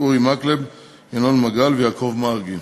אורי מקלב, ינון מגל ויעקב מרגי,